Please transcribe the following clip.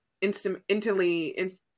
instantly